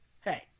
Hey